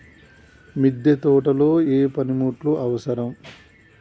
మిద్దె తోటలో ఏ పనిముట్లు అవసరం?